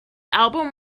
album